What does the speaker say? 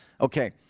Okay